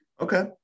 Okay